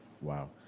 Wow